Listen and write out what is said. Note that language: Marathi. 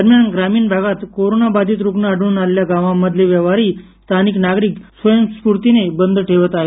दरम्यान ग्रामीण भागात कोरोना बाधित रूग्ण आढळून आलेल्या गावांमधले व्यवहार स्थानिक नागरिक स्वयंस्फूर्तीनं बंद ठेवत आहेत